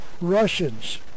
Russians